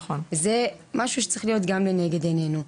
זה גם מה שצריך לעמוד לנגד עינינו.